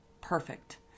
perfect